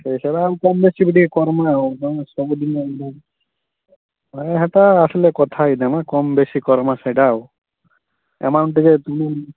ଏ ସବୁ ଆମେ କମ୍ ବେଶୀ ଟିକେ କରମା ସବୁଦିନ ଏମିତି ହେଉଛି ନାଇଁ ହେଟା ଆସିଲେ କଥା ହେଇ ଦେବାଁ କମ୍ ବେଶୀ କରମା ସେଇଟା ଆଉ ଏମାଉଣ୍ଟ ଟିକେ